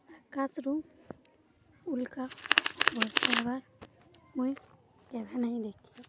ଆକାଶରୁ ଉଲ୍କା ବର୍ଷା ହେବାର୍ ମୁଇଁ କେବେ ନାଇଁ ଦେଖି